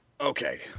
Okay